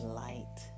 light